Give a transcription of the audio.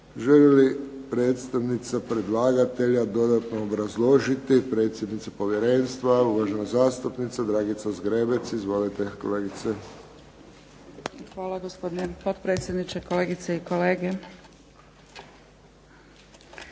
Želi li predstavnica predlagatelja dodatno obrazložiti, predsjednica Povjerenstva uvažena zastupnica Dragica Zgrebec. Izvolite kolegice. **Zgrebec, Dragica (SDP)** Hvala gospodine potpredsjedniče, kolegice i kolege.